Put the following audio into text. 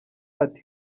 ati